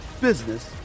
business